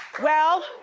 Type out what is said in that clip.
well,